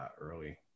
early